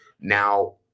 Now